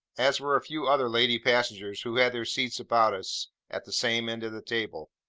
as were a few other lady-passengers who had their seats about us at the same end of the table.